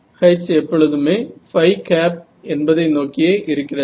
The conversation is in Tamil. H எப்பொழுதுமே என்பதை நோக்கியே இருக்கிறது